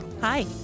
Hi